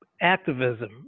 activism